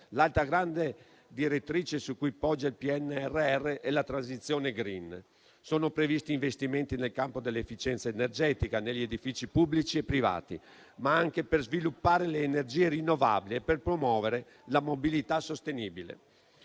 L'altra grande direttrice su cui poggia il PNRR è la transizione *green*. Sono previsti investimenti nel campo dell'efficienza energetica, negli edifici pubblici e privati, ma anche per sviluppare le energie rinnovabili e per promuovere la mobilità sostenibile.